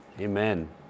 Amen